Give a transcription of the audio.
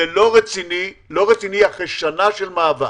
זה לא רציני אחרי שנה של מאבק.